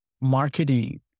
marketing